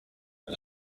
are